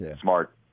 Smart